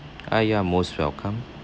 ah you are most welcome